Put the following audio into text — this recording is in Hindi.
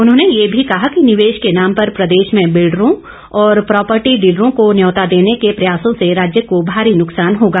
उन्होंने यह भी कहा कि निवेश के नाम पर प्रदेश में बिल्डरों और प्रॉपर्टी डीलरों को न्यौता देने के प्रयासों से राज्य को भारी नुक्सान होगा